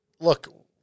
look